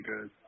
good